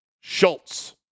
Schultz